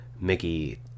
Mickey